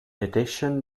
addition